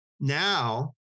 Now